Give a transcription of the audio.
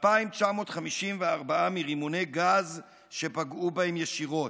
ו-2,954 מרימוני גז שפגעו בהם ישירות.